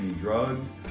drugs